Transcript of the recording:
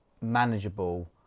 manageable